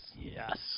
Yes